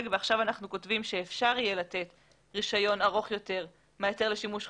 ועכשיו אנחנו כותבים שאפשר יהיה לתת רישיון ארוך יותר מההיתר לשימוש חורג.